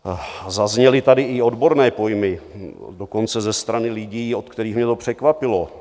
A zazněly tady i odborné pojmy, dokonce ze strany lidí, od kterých mě to překvapilo.